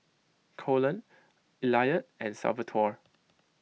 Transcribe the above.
Colon Elliot and Salvatore